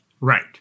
Right